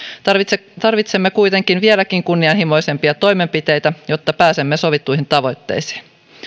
tarvitsemme kuitenkin vieläkin kunnianhimoisempia toimenpiteitä jotta pääsemme sovittuihin tavoitteisiin